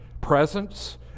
presence